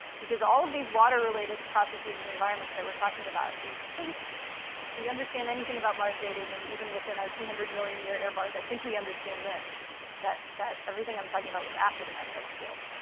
because all of these water-related processes and environments that we're talking about, we think if we understand anything about mars dating, and even within our two hundred million year era bars, i think we understand this that that everything i'm talking about was after the magnetic field.